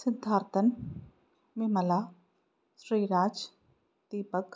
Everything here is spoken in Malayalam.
സിദ്ധാർഥൻ വിമല ശ്രീരാജ് ദീപക്